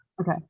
Okay